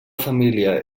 família